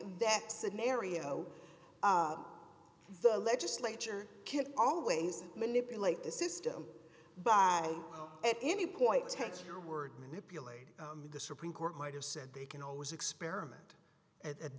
that scenario the legislature can always manipulate the system by at any point takes your word manipulate the supreme court might have said they can always experiment at